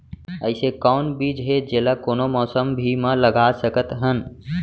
अइसे कौन बीज हे, जेला कोनो मौसम भी मा लगा सकत हन?